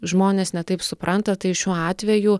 žmonės ne taip supranta tai šiuo atveju